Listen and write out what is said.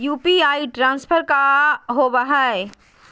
UPI transfer का होव हई?